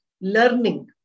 learning